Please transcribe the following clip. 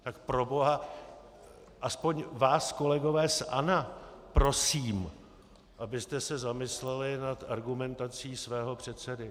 Tak proboha, aspoň vás, kolegové z ANO, prosím, abyste se zamysleli nad argumentací svého předsedy.